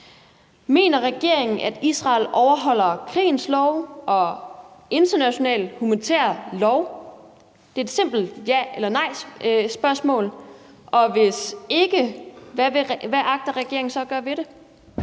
Mener regeringen, at Israel overholder krigens love og international humanitær lov? Det er et simpelt ja -eller nejspørgsmål. Og hvis ikke, hvad agter regeringen så at gøre ved det?